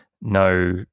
no